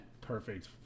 Perfect